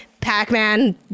Pac-Man